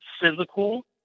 physical